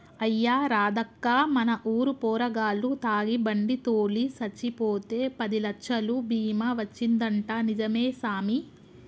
అయ్యా రాదక్కా మన ఊరు పోరగాల్లు తాగి బండి తోలి సచ్చిపోతే పదిలచ్చలు బీమా వచ్చిందంటా నిజమే సామి